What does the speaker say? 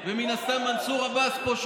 ומן הסתם של מנסור עבאס פה,